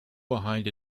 behind